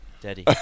Daddy